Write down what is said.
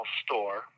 store